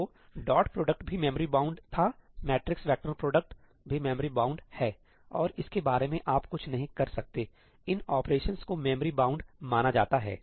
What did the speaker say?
तो dot product भी memory bound था मैट्रिक्स वेक्टर प्रोडक्ट भी मेमोरी बाउंडहै और इसके बारे में आप कुछ नहीं कर सकते इन ऑपरेशनस को मेमोरी बाउंड माना जाता है